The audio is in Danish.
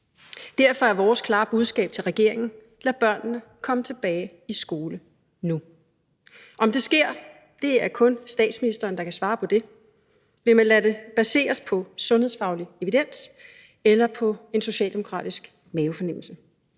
Derfor er vores klare budskab til regeringen: Lad børnene komme tilbage i skole nu. Om det sker, er det kun statsministeren, der kan svare på. Vil man lade det baseres på sundhedsfaglig evidens eller på en socialdemokratisk mavefornemmelse?